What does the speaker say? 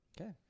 Okay